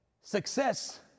Success